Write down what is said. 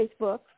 Facebook